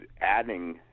adding